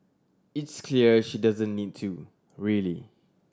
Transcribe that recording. it's clear she doesn't need to really